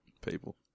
people